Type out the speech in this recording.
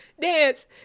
dance